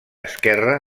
esquerra